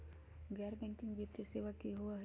गैर बैकिंग वित्तीय सेवा की होअ हई?